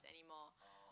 anymore